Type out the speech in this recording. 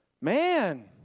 man